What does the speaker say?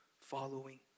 following